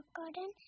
garden